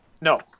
No